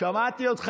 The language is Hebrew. שמעתי אותך.